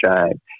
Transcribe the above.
shine